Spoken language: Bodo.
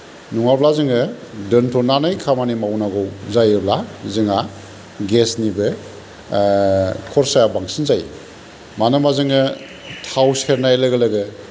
नङाब्ला जोङो दोन्थ'नानै खामानि मावनांगौ जायोब्ला जोंहा गेसनिबो खरसाया बांसिन जायो मानो होनबा जोङो थाव सेरनाय लोगो लोगो